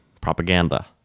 propaganda